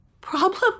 Problem